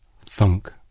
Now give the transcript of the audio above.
Thunk